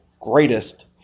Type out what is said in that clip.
greatest